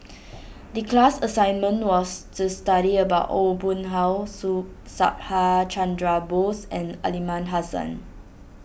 the class assignment was to study about Aw Boon Haw Subhas Chandra Bose and Aliman Hassan